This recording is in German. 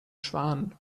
schwan